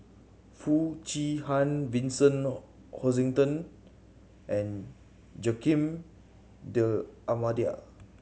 Foo Chee Han Vincent Hoisington and Joaquim D'Almeida